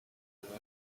right